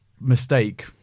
mistake